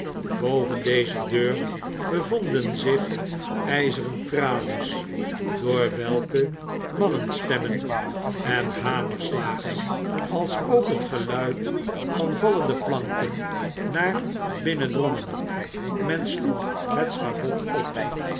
boven deze deur bevonden zich ijzeren tralies door welke mannenstemmen en hamerslagen alsook het geluid van vallende planken naar binnen drongen men sloeg het schavot op